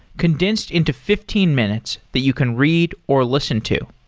condensed into fifteen minutes that you can read or listen to.